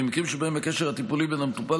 במקרים שבהם הקשר הטיפולי בין המטופל